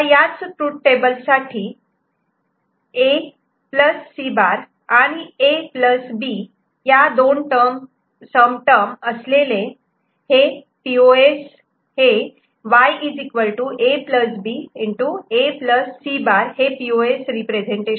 याच truth table साठी A C' आणि A B या दोन सम टर्म असलेले हे पीओएस रिप्रेझेंटेशन आहेत